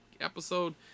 episode